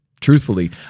truthfully